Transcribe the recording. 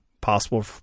possible